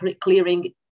clearing